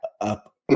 up